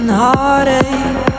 heartache